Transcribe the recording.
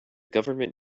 government